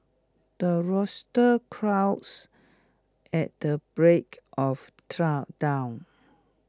the rooster crows at the break of dawn